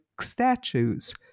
statues